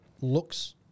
looks